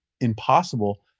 impossible